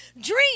Dream